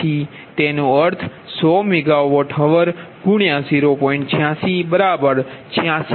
એનો અર્થ એ કે આ 100 MWhr જનરેશન માટે તે આપવી પડશે 0